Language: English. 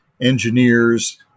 engineers